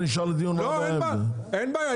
אין בעיה.